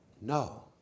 no